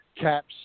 caps